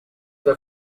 the